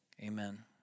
amen